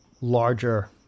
larger